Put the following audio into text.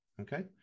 okay